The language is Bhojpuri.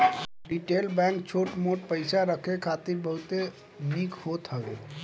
रिटेल बैंक छोट मोट पईसा के रखे खातिर बहुते निक होत हवे